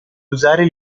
usare